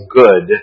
good